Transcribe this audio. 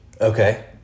Okay